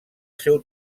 seu